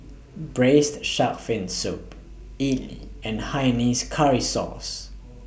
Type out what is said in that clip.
Braised Shark Fin Soup Idly and Hainanese Curry Source